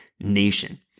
nation